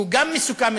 שהוא גם מסוכן,